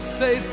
say